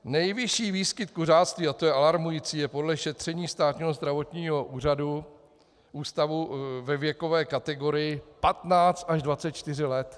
Nejvyšší výskyt kuřáctví, a to je alarmující, je podle šetření Státního zdravotního ústavu ve věkové kategorii 15 až 24 let.